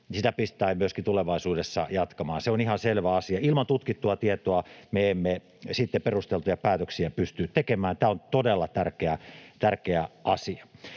siellä myöskin tulevaisuudessa jatkamaan. Se on ihan selvä asia. Ilman tutkittua tietoa me emme sitten perusteltuja päätöksiä pysty tekemään. Tämä on todella tärkeä asia.